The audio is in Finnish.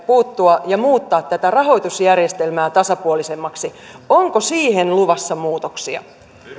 puuttua tähän ja muuttaa tätä rahoitusjärjestelmää tasapuolisemmaksi onko siihen luvassa muutoksia